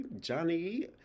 johnny